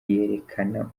yerekana